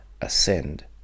ascend